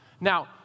Now